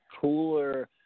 cooler